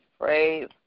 praise